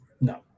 no